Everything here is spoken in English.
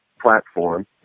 platform